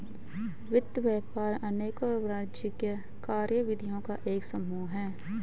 वित्त व्यापार अनेकों वाणिज्यिक कार्यविधियों का एक समूह है